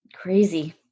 Crazy